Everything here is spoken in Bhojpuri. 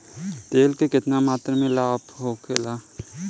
तेल के केतना मात्रा लाभ होखेला?